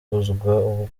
ubwo